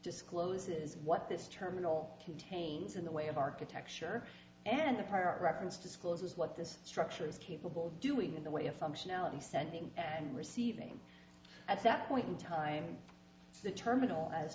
discloses what this terminal contains in the way of architecture and the current reference to schools what this structure is capable doing in the way of functionality sending and receiving at that point in time the terminal as